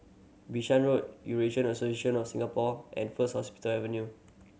Bishan Road Eurasian Association Singapore and First Hospital Avenue